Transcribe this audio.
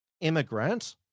immigrant